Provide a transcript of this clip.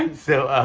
and so